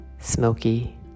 smoky